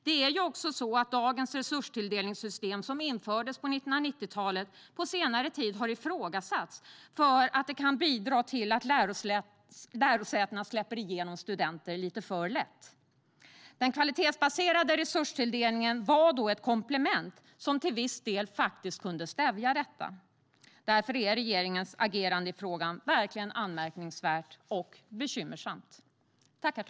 Det är också så att dagens resurstilldelningssystem som infördes på 1990-talet på senare tid har ifrågasatts för att det kan bidra till att lärosätena släpper igenom studenter lite för lätt. Den kvalitetsbaserade resurstilldelningen var ett komplement som till viss del kunde stävja detta. Därför är regeringens agerande i frågan verkligt anmärkningsvärt och bekymmersamt.